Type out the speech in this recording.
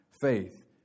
faith